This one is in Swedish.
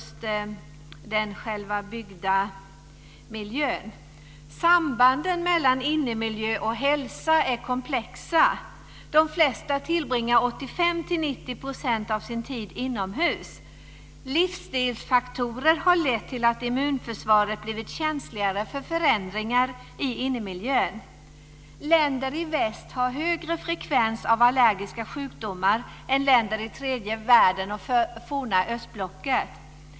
Sambanden mellan innemiljö och hälsa är komplexa. De flesta tillbringar 85-90 % av sin tid inomhus. Livsstilsfaktorer har lett till att immunförsvaret blivit känsligare för förändringar i innemiljön. Länder i väst har högre frekvens av allergiska sjukdomar än länder i tredje världen och forna östblocket.